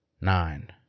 nine